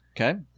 Okay